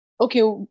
okay